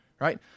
right